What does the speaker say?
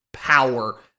power